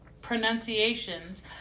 pronunciations